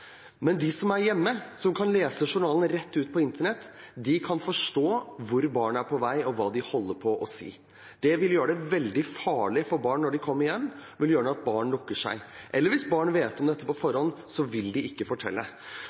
Men de som er hjemme, som kan lese journalen rett ut på internett, kan forstå hvor barnet er på vei, og hva det holder på å si. Det vil gjøre det veldig farlig for barn når de kommer hjem, og vil gjøre at barn lukker seg. Eller hvis barnet vet om dette på forhånd, vil det ikke fortelle.